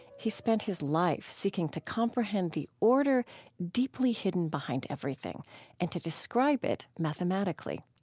he spent his life seeking to comprehend the order deeply hidden behind everything and to describe it mathematically.